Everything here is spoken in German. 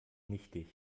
nichtig